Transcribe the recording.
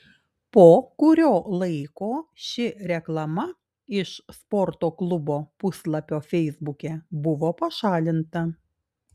po kurio laiko ši reklama iš sporto klubo puslapio feisbuke buvo pašalinta